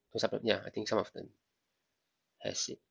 to supplement ya I think some of them has it